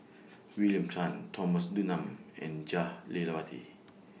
William Tan Thomas Dunman and Jah Lelawati